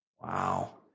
Wow